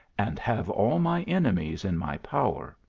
and have all my enemies in my power.